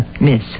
Miss